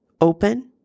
open